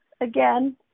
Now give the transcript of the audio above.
again